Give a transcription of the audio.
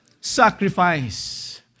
Sacrifice